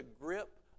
grip